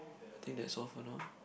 I think that's all for now